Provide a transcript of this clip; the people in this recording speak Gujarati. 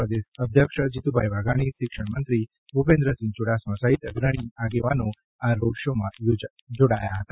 પ્રદેશ અધ્યક્ષ જીત્રભાઈ વાઘાણી શિક્ષણમંત્રી ભ્રપેન્દ્રસિંહ ચ્રડાસમા સહિત અગ્રણી આગેવાનો આ રોડ શો માં જોડાયા હતા